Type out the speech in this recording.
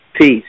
Peace